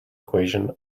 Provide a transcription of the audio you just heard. equation